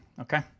okay